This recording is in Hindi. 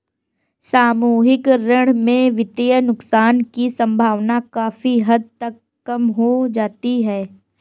सामूहिक ऋण में वित्तीय नुकसान की सम्भावना काफी हद तक कम हो जाती है